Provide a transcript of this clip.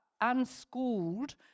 unschooled